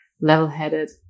level-headed